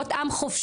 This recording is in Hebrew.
להיות עם חופשי,